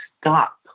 stop